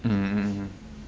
mm